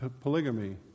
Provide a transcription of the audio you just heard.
polygamy